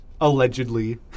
allegedly